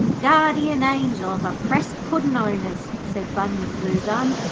guardian angel of oppressed puddin'-owners said bunyip bluegum.